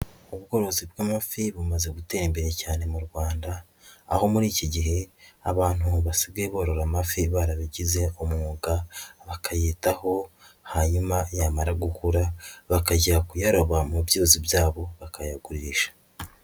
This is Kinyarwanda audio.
Ubworozi bw'amafi bumaze gutera imbere cyane mu Rwanda, aho muri iki gihe abantu basigaye borora amafi barabigize umwuga bakayitaho, hanyuma yamara gukura bakajya kuyaroba mu byuzi byabo bakayagurisha.